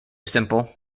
simple